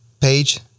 page